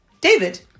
David